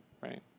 right